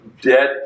dead